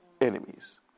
enemies